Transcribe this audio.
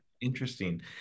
Interesting